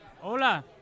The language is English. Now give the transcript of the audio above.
Hola